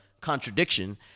contradiction